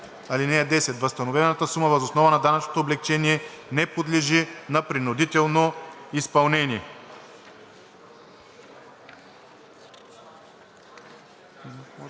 10: „(10) Възстановената сума въз основа на данъчното облекчение не подлежи на принудително изпълнение“.“